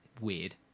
weird